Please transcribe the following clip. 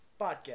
podcast